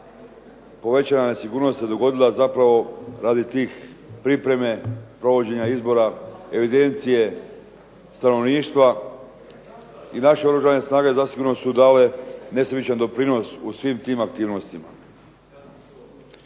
povećana nesigurnost se dogodila zapravo radi tih pripreme provođenja izbora, evidencije stanovništva. I naše Oružane snage zasigurno su dale nesebičan doprinos u svim tim aktivnostima.